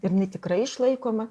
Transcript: ir jinai tikrai išlaikoma